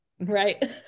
right